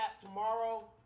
tomorrow